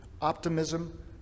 optimism